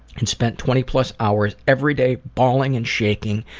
and spent twenty plus hours every day bawling and shaking,